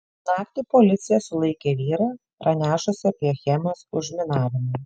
naktį policija sulaikė vyrą pranešusį apie achemos užminavimą